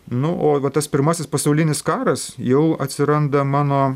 nu o va tas pirmasis pasaulinis karas jau atsiranda mano